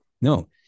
No